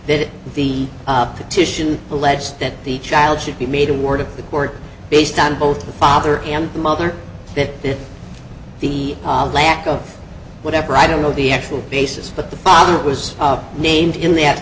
that the up petition alleged that the child should be made a ward of the court based on both the father and mother that the lack of whatever i don't know the actual basis but the father was named in th